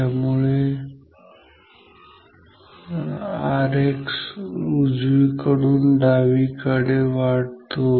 त्यामुळे Rx उजवीकडून डावीकडे वाढतो